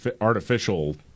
artificial